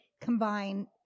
combine